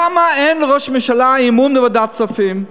למה אין לראש הממשלה אמון בוועדת הכספים?